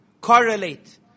correlate